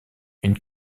une